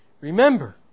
Remember